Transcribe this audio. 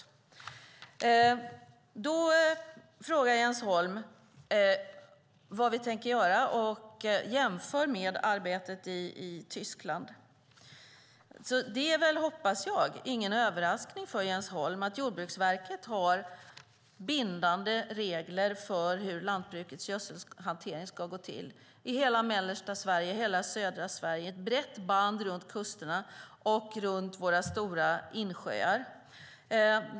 Jens Holm frågar vad vi tänker göra och jämför med arbetet i Tyskland. Jag hoppas att det inte är någon överraskning för Jens Holm att Jordbruksverket har bindande regler för hur lantbrukets gödselhantering ska gå till i hela mellersta Sverige, i hela södra Sverige, i ett brett band runt kusterna och runt våra stora insjöar.